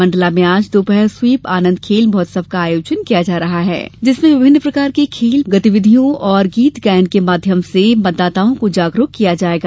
मंडला में आज दोपहर स्वीप आनंद खेल महोत्सव का आयोजन किया जा रहा है इसमें विभिन्न प्रकार की खेल गतिविधियों और गीत गायन के माध्यम से मतदाताओं को जागरूक किया जाएगा